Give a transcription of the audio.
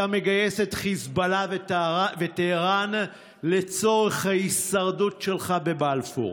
אתה מגייס את חיזבאללה וטהרן לצורך ההישרדות שלך בבלפור.